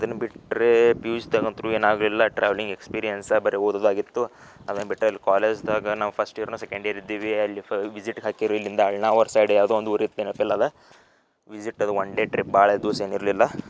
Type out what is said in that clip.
ಅದನ್ನ ಬಿಟ್ಟರೆ ಪಿಯೂಸ್ದಾಗ ಅಂತ್ರೂ ಏನಾಗ್ಲಿಲ್ಲ ಟ್ರಾವೆಲ್ಲಿಂಗ್ ಎಕ್ಸ್ಪೀರಿಯನ್ಸ್ ಬರೇ ಓದೂದಾಗಿತ್ತು ಅದನ್ನ ಬಿಟ್ಟರೆ ಕಾಲೇಜ್ದಾಗ ನಾವು first year no second year ಇದ್ದಿವಿ ಅಲ್ಲಿ ಫ ವಿಝಿಟ್ಗೆ ಹಾಕಿರು ಇಲ್ಲಿಂದ ಅಳ್ನಾವರ ಸೈಡ್ ಯಾವುದೋ ಒಂದು ಊರಿತ್ತು ನೆನಪಿಲಲ್ಲ ವಿಝಿಟ್ ಅದು ವನ್ ಡೆ ಟ್ರಿಪ್ ಭಾಳ ದಿವ್ಸ ಏನು ಇರಲಿಲ್ಲ